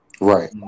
Right